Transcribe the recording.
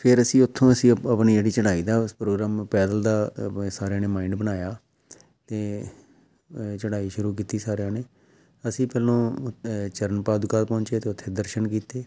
ਫਿਰ ਅਸੀਂ ਉੱਥੋਂ ਅਸੀਂ ਆਪਣੀ ਜਿਹੜੀ ਚੜਾਈ ਦਾ ਪ੍ਰੋਗਰਾਮ ਪੈਦਲ ਦਾ ਸਾਰਿਆਂ ਨੇ ਮਾਇੰਡ ਬਣਾਇਆ ਅਤੇ ਅ ਚੜ੍ਹਾਈ ਸ਼ੁਰੂ ਕੀਤੀ ਸਾਰਿਆਂ ਨੇ ਅਸੀਂ ਪਹਿਲੋਂ ਅ ਚਰਨ ਪਾਦਗਾਰ ਪਹੁੰਚੇ ਅਤੇ ਉੱਥੇ ਦਰਸ਼ਨ ਕੀਤੇ